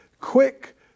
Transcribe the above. quick